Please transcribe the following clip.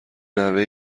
نوه